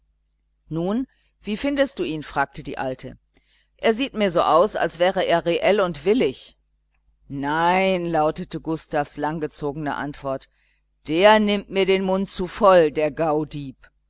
nun wie findest du ihn fragte die alte er sieht mir so aus als wäre er reell und willig nein lautete gustavs langgezogene antwort der nimmt mir den mund zu voll der gaudieb